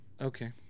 okay